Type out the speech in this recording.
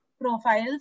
profiles